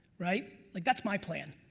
right? like that's my plan.